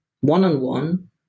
one-on-one